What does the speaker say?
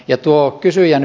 jo tuo kysyjän